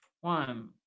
One